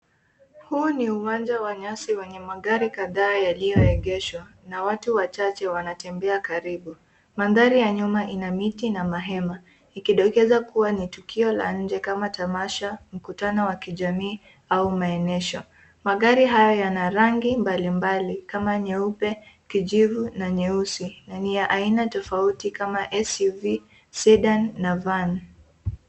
Huu ni wa uwanja wa nyasi wenye magari kadhaa yaliyoegeshwa, na watu wachache, wanatembea karibu. Mandhari ya nyuma ina miti, na mahema, ikidokeza kuwa ni tukio la nje, kama tamasha, mkutano wa kijamii, au maonyesho. Magari haya yana, rangi mbali mbali, kama nyeupe, kijivu, na nyeusi, na ni ya aina tofauti, kama SUV, Sedan na Nissan.